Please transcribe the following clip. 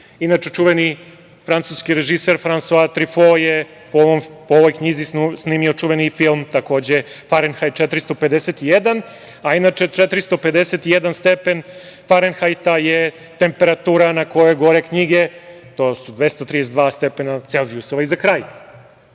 knjige. Inače, čuvani francuski režiser Fransoa Trifo je po ovoj knjizi snimio čuveni film, takođe „Farenhajt 451“, a inače 451 stepen farenhajta je temperatura na kojoj gore knjige, to su 232 stepena celzijusa.Za kraj,